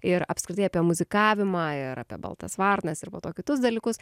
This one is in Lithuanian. ir apskritai apie muzikavimą ir apie baltas varnas ir po to kitus dalykus